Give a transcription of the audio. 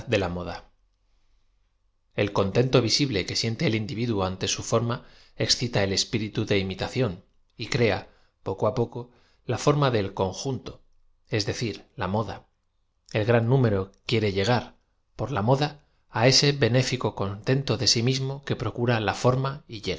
de la moda e l contento visible que siente el individuo ante bu form a escita e l espiritu de imitación y crea poco á poco la form a d el conjunto es decir la moda el gran nmero quiere llegar por la moda á ese benéfico con tento de si mismo que procura la form